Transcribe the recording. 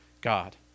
God